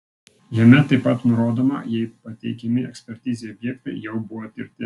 jame taip pat nurodoma jei pateikiami ekspertizei objektai jau buvo tirti